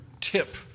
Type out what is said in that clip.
tip